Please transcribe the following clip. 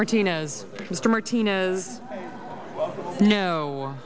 martinez mr martinez no